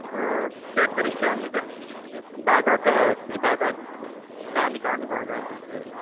check करिष्यामि check किं बादः कः अस्ति बादः कानि कानि बाधास्सन्ति